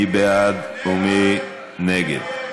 מי בעד ומי נגד?